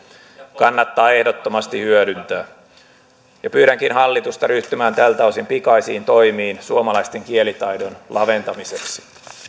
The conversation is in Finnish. kannattaa ehdottomasti hyödyntää pyydänkin hallitusta ryhtymään tältä osin pikaisiin toimiin suomalaisten kielitaidon laventamiseksi